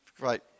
great